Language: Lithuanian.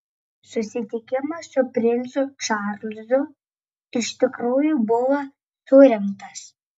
susitikimas su princu čarlzu iš tikrųjų buvo surengtas